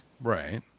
Right